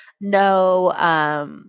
No